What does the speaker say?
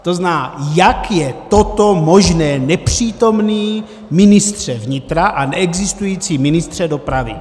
To znamená, jak je toto možné, nepřítomný ministře vnitra a neexistující ministře dopravy?